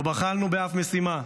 לא בחלנו באף משימה.